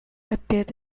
appeared